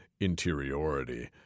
interiority